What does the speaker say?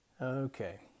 Okay